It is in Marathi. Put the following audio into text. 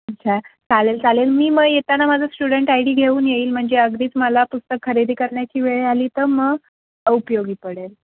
अच्छा चालेल चालेल मी मग येताना माझं स्टुडंट आय डी घेऊन येईल म्हणजे अगदीच मला पुस्तक खरेदी करण्याची वेळ आली तर मग उपयोगी पडेल